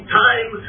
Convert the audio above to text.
time